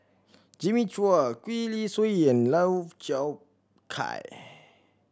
Jimmy Chua Gwee Li Sui and Lau Chiap Khai